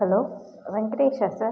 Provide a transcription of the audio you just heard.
hello வெங்கடேஷா sir